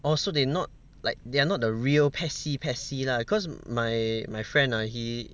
orh so they not like they are not the real PES C PES C lah cause my my friend ah he